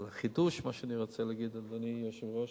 אבל החידוש, מה שאני רוצה להגיד, אדוני היושב-ראש,